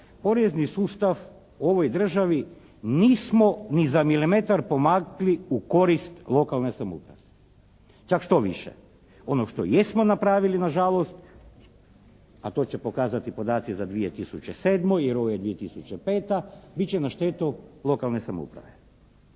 porezni sustav u ovoj državi nismo ni za milimetar pomakli u korist lokalne samouprave. Čak štoviše, ono što jesmo napravili nažalost, a to će pokazati podaci za 2007. jer ovo je 2005., bit će na štetu lokalne samouprave.